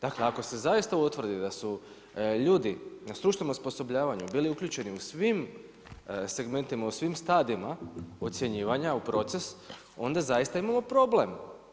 Dakle, ako se zaista utvrdi da su ljudi na stručnom osposobljavanju bili uključeni u svim segmentima, u svim stadijima ocjenjivanja u proces, onda zaista imamo problem.